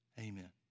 Amen